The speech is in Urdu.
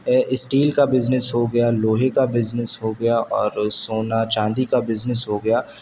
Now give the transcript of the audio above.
اسٹیل کا بزنس ہوگیا لوہے کا بزنس ہوگیا اور سونا چاندی کا بزنس ہوگیا